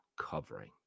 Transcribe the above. covering